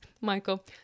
Michael